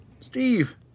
Steve